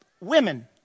women